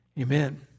Amen